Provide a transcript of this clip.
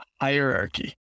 hierarchy